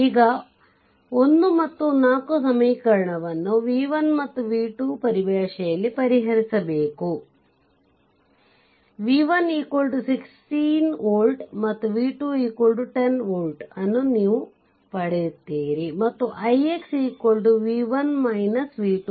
ಈಗ 1 ಮತ್ತು 4 ಸಮೀಕರಣವನ್ನು v1 ಮತ್ತು v2 ಪರಿಭಾಷೆಯಲ್ಲಿ ಪರಿಹರಿಸಬೇಕು v1 16 ವೋಲ್ಟ್ ಮತ್ತು v2 10 volt ಅನ್ನು ನೀವು ಪಡೆಯುತ್ತೀರಿ ಮತ್ತು ix 5